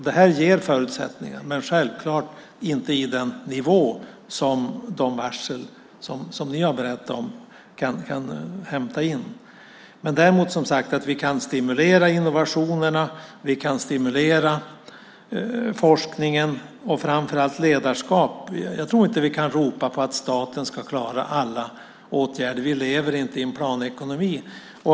Det ger förutsättningar men självklart inte i nivå med de varsel som ni har berättat om. Som sagt kan vi stimulera innovationerna. Vi kan stimulera forskningen och framför allt ledarskap. Jag tror inte att vi kan ropa på att staten ska klara alla åtgärder. Vi lever inte i en planekonomi.